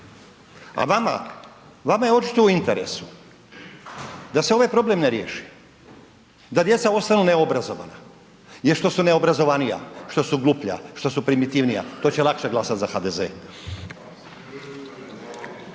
vama je očito u interesu da se ovaj problem ne riješi, da djeca ostanu neobrazovana jer što su neobrazovanija, što su gluplja, što su primitivnija, to će lakše glasat za HDZ.